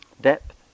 depth